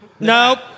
Nope